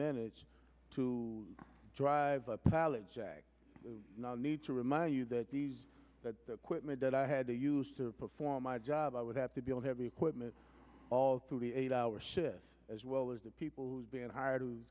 minutes to drive a pallet jack not need to remind you that these the equipment that i had to use to perform my job i would have to be able heavy equipment all through the eight hour shift as well as the people who've been hired who